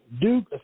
Duke